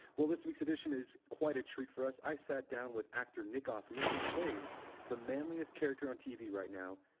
well this week's edition is quite a treat for us. i sat down with actor nick offerman who plays the manliest character on tv right now,